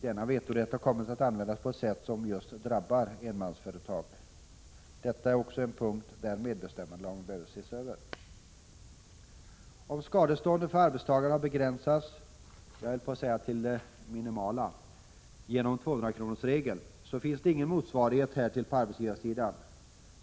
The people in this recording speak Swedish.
Denna vetorätt har kommit att användas på ett sätt som drabbar just enmansföretag. Detta är också en punkt där medbestämmandelagen behöver ses över. Om skadestånden för arbetstagare har begränsats — jag höll på att säga till det minimala — genom 200-kronorsregeln så finns ingen motsvarighet härtill på arbetsgivarsidan.